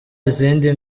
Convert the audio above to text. izindi